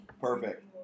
perfect